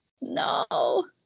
No